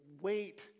wait